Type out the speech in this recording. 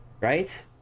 right